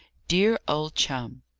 dear old chum,